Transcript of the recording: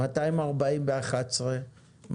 240 ב-2011,